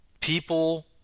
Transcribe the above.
people